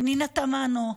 פנינה תמנו,